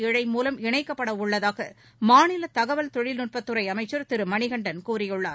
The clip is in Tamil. இழை மூலம் இணைக்கப்பட உள்ளதாக மாநில தகவல் தொழில்நுட்பத்துறை அமைச்சர் திரு மணிகண்டன் கூறியுள்ளார்